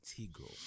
integral